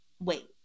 wait